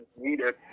needed